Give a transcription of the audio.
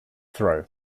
throw